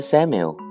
Samuel